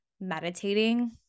meditating